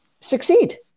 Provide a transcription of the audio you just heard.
succeed